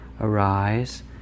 arise